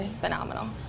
phenomenal